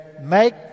make